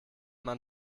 man